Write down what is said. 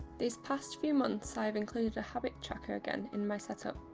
these past few months, i have included a habit tracker again in my set up.